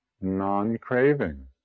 non-craving